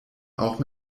auch